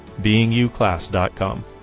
beinguclass.com